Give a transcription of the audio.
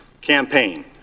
campaign